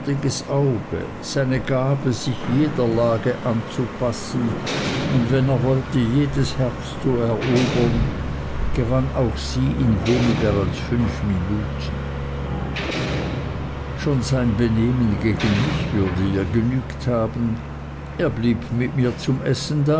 auge seine gabe sich jeder lage anzupassen und wenn er wollte jedes herz zu erobern gewann auch sie in weniger als fünf minuten schon sein benehmen gegen mich würde ihr genügt haben er blieb mit mir zum essen